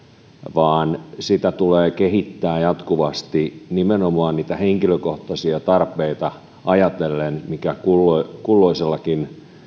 vaan sitä tulee kehittää jatkuvasti nimenomaan niitä henkilökohtaisia tarpeita ajatellen mitä kulloisellakin